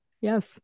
Yes